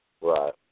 Right